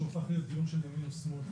שהוא הפך להיות דיון של ימין ושמאל.